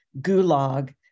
gulag